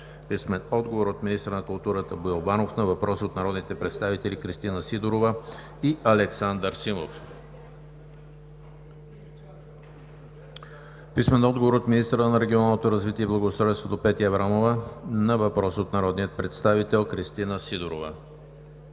Клисурска; - министъра на културата Боил Банов на въпрос от народните представители Кристина Сидорова и Александър Симов; - министъра регионалното развитие и благоустройството Петя Аврамова на въпрос от народния представител Кристина Сидорова;